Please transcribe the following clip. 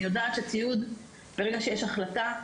אני יודעת שברגע שיש החלטה,